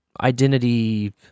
identity